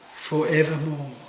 forevermore